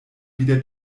wieder